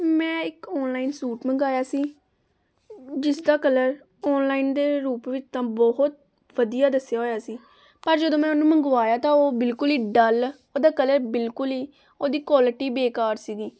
ਮੈਂ ਇੱਕ online suit ਮੰਗਵਾਇਆ ਸੀ ਜਿਸ ਦਾ ਕਲਰ ਓਨਲਾਇਨ ਦੇ ਰੂਪ ਵਿੱਚ ਤਾਂ ਬਹੁਤ ਵਧੀਆ ਦੱਸਿਆ ਹੋਇਆ ਸੀ ਪਰ ਮੈਂ ਜਦੋਂ ਉਹਨੂੰ ਮੰਗਵਾਇਆ ਤਾਂ ਉਹ ਬਿਲਕੁਲ ਹੀ ਡੱਲ ਉਹਦਾ ਕਲਰ ਬਿਲਕੁਲ ਹੀ ਉਹਦੀ ਕੁਆਲਟੀ ਬੇਕਾਰ ਸੀਗੀ